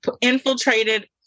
infiltrated